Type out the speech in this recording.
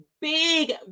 Big